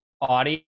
audio